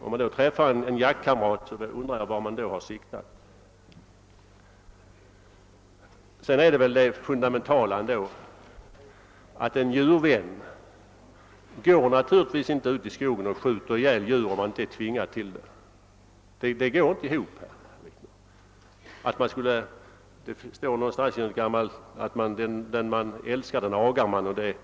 Om han då träffar en jaktkamrat, så undrar jag var han har siktat. Men det fundamentala är väl ändå att en djurvän naturligtvis inte går ut i skogen och skjuter ihjäl djur om han inte är tvingad till det; eljest går det inte ihop. Det brukar heta att den man älskar agar man, och det